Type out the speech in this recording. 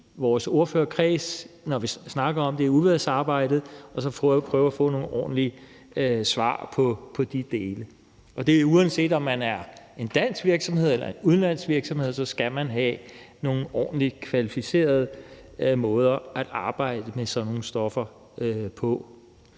vores ordførerkreds, når vi snakker om det i udvalgsarbejdet, og så prøve at få nogle ordentlige svar på de dele. Uanset om man er en dansk virksomhed eller en udenlandsk virksomhed, skal man have nogle ordentligt kvalificerede måder at arbejde med sådan nogle stoffer på.